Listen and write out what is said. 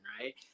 right